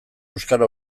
euskara